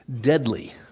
deadly